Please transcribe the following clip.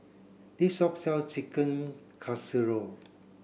this shop sells Chicken Casserole